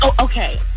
okay